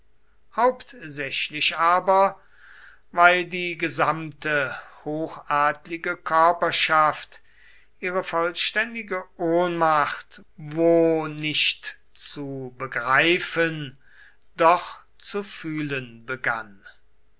hauptsächlich aber weil die gesamte hochadlige körperschaft ihre vollständige ohnmacht wo nicht zu begreifen doch zu fühlen begann